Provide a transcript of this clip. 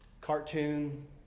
cartoon